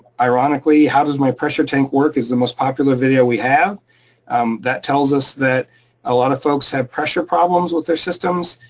ironically, how does my pressure tank work is the most popular video we have um that tells us that a lot of folks have pressure problems with their systems,